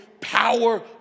power